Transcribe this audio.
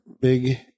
big